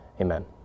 Amen